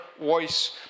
voice